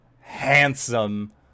handsome